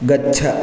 गच्छ